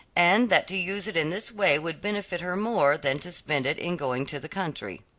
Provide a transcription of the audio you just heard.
and that to use it in this way would benefit her more than to spend it in going to the country.